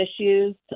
issues